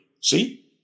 See